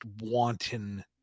wanton